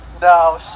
No